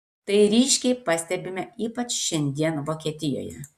tai ryškiai pastebime ypač šiandien vokietijoje